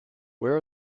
where